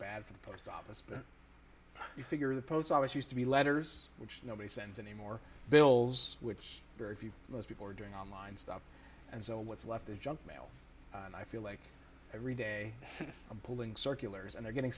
bad for the post office but you figure the post's always used to be letters which nobody sends anymore bills which very few most people are doing online stuff and so what's left is junk mail and i feel like every day i'm pulling circulars and they're getting